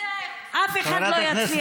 אף אחד לא יצליח לחנך.